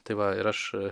tai va ir aš